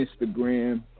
Instagram